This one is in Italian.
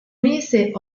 mese